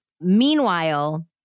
Meanwhile